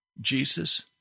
Jesus